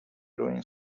doing